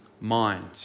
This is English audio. mind